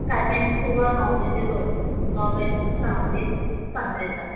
timing ਸੁਬਹ ਨੌਂ ਵਜੇ ਤੋਂ ਹੈ ਜੀ ਨੌਂ ਵਜੇ ਤੋਂ ਸ਼ਾਮ ਦੇ ਪੰਜ ਵਜੇ ਤੱਕ